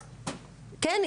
כן,